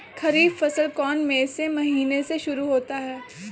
खरीफ फसल कौन में से महीने से शुरू होता है?